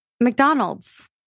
McDonald's